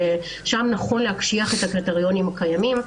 שם נכון להקשיח את הקריטריונים הקיימים,